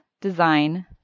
design